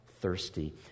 thirsty